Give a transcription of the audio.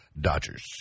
Dodgers